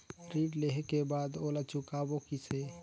ऋण लेहें के बाद ओला चुकाबो किसे?